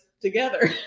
together